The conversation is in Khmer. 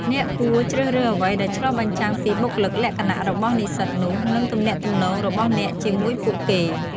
អ្នកគួរជ្រើសរើសអ្វីដែលឆ្លុះបញ្ចាំងពីបុគ្គលិកលក្ខណៈរបស់និស្សិតនោះ និងទំនាក់ទំនងរបស់អ្នកជាមួយពួកគេ។